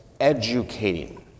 educating